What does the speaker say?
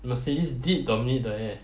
the Mercedes did dominate the air